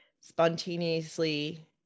spontaneously